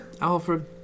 Alfred